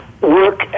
work